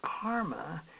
karma